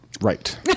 Right